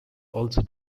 also